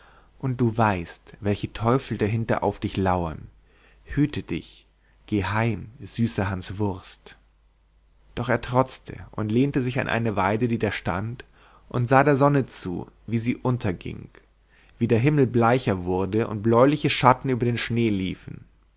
und du weißt welche teufel dahinter auf dich lauern hüte dich geh heim süßer hanswurst doch er trotzte und lehnte sich an eine weide die da stand und sah der sonne zu wie sie unterging wie der himmel bleicher wurde und bläuliche schatten über den schnee liefen